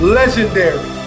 legendary